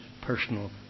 personal